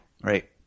right